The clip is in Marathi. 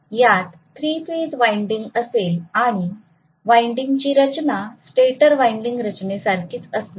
म्हणजे यात थ्री फेज वाइंडिंग असेल आणि वाइंडिंग ची रचना स्टेटर वाइंडिंग रचने सारखीच असणार